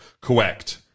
Correct